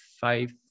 five